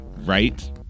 right